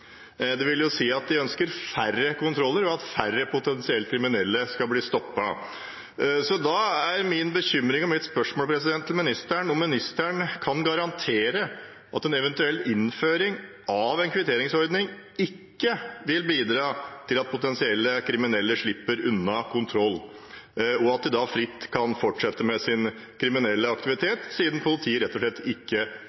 Det vil si at de ønsker færre kontroller, og at færre potensielt kriminelle skal bli stoppet. Da er min bekymring og mitt spørsmål til ministeren om hun kan garantere at en eventuell innføring av en kvitteringsordning ikke vil bidra til at potensielt kriminelle slipper unna kontroll, at de da fritt kan fortsette med sin kriminelle